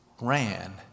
ran